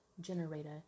generator